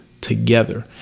together